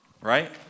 Right